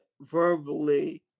verbally